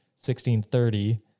1630